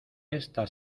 esta